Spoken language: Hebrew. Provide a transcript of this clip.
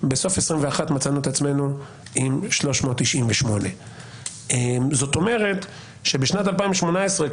בסוף 2021 מצאנו את עצמנו עם 398. זאת אומרת שבשנת 2018,